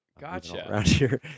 Gotcha